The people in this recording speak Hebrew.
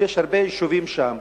ויש הרבה יישובים שם.